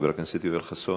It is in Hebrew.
חבר הכנסת יואל חסון,